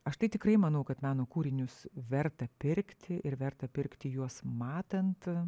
aš tai tikrai manau kad meno kūrinius verta pirkti ir verta pirkti juos matant